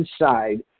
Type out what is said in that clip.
inside